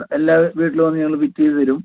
എല്ലാം വീട്ടില് വന്ന് ഞങ്ങള് ഫിറ്റ് ചെയ്ത് തരും